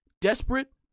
desperate